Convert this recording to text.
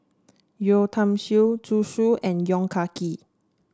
Yeo Tiam Siew Zhu Xu and Yong Ah Kee